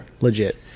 Legit